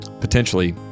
potentially